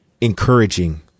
encouraging